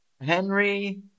Henry